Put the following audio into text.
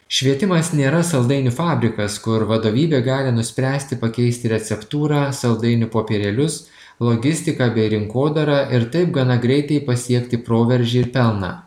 švietimas nėra saldainių fabrikas kur vadovybė gali nuspręsti pakeisti receptūrą saldainių popierėlius logistiką bei rinkodarą ir taip gana greitai pasiekti proveržį ir pelną